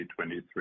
2023